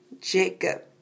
Jacob